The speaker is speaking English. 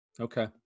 Okay